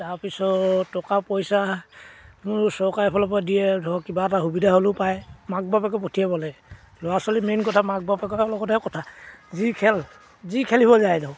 তাৰপিছত টকা পইচা মোৰ চৰকাৰী ফালৰপৰা দিয়ে ধৰক কিবা এটা সুবিধা হ'লেও পায় মাক বাপেকে পঠিয়াব লাগে ল'ৰা ছোৱালী মেইন কথা মাক বাপেকৰ লগতে কথা যি খেল যি খেলিব যায় ধৰক